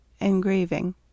Engraving